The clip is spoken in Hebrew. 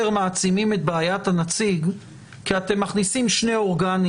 מעצימים את בעיית הנציג כי אתם מכניסים שני אורגנים